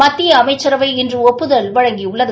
மத்திய அமைச்சரவை இன்று ஒப்புதல் வழங்கியுள்ளது